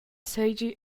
seigi